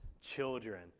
children